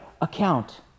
account